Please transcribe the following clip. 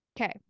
Okay